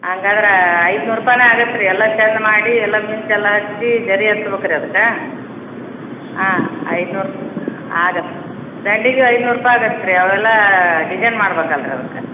ಹಂಗಾದ್ರೆ ಐದುನೂರು ರೂಪಾಯಿನಾ ಆಗುತ್ರಿ ಎಲ್ಲಾ ಚೆಂದ ಮಾಡಿ ಎಲ್ಲನು ಮಿಂಚೆಲ್ಲ ಹಚ್ಚಿ ಜರಿ ಹಚ್ಬೇಕು ರೀ ಅದಕ್ಕೆ ಹಾಂ ಐದುನೂರು ಆಗತ್ತೆ ದಂಡಿಗೆ ಐನೂರು ರೂಪಾಯಿ ಆಗತ್ತೆ ರೀ ಅವರೆಲ್ಲಾ ಡಿಸೈನ್ ಮಾಡ್ಬೇಕಲ್ಲ ರೀ ಅದಕ್ಕೆ